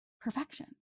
perfection